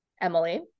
Emily